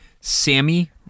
Sammy